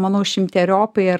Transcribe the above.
manau šimteriopai ir